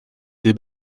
des